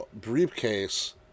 briefcase